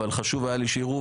אבל חשוב היה לי שיראו.